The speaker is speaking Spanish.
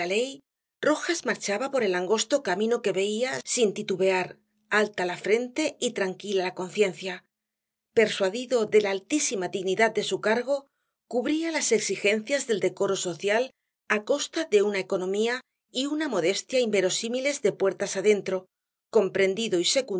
rojas marchaba por el angosto camino que veía sin titubear alta la frente y tranquila la conciencia persuadido de la altísima dignidad de su cargo cubría las exigencias del decoro social á costa de una economía y una modestia inverosímiles de puertas adentro comprendido y